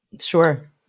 Sure